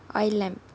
oil lamp